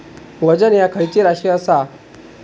वजन ह्या खैची राशी असा?